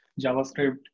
JavaScript